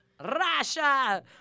Russia